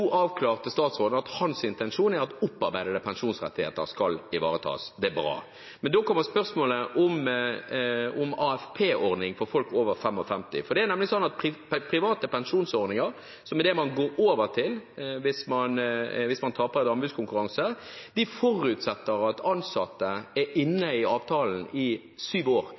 opparbeidede pensjonsrettigheter skal ivaretas. Det er bra. Men da kommer spørsmålet om AFP-ordning for folk over 55 år. Det er nemlig sånn at private pensjonsordninger – som er det man går over til hvis man taper en anbudskonkurranse – forutsetter at ansatte er inne i avtalen i syv år